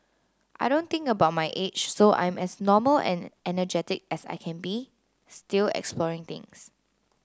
I don't think about my age so I'm as normal and energetic as I can be still exploring things